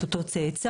את אותו צאצא.